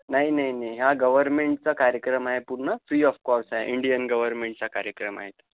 नाही नाही नाही हा गवरमेंटचा कार्यक्रम आहे पूर्ण फ्री ऑफ कॉस्ट आहे इंडियन गवरमेंटचा कार्यक्रम आहे